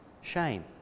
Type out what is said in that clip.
Shame